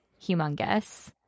humongous